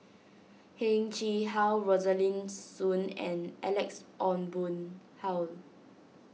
Heng Chee How Rosaline Soon and Alex Ong Boon Hau